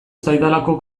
zaidalako